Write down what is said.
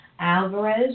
Alvarez